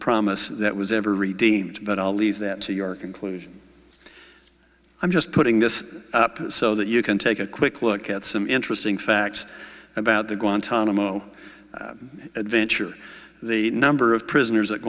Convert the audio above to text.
promise that was ever read but i'll leave that to your conclusion i'm just putting this up so that you can take a quick look at some interesting facts about the guantanamo adventure the number of prisoners at